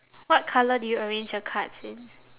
what colour did you arrange your cards in